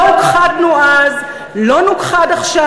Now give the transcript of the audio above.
לא הוכחדנו אז, לא ניכחד עכשיו.